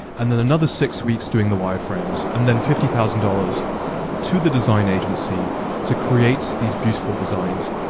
and then another six weeks doing the wireframes. and then fifty thousand dollars to the design agency to create these beautiful designs.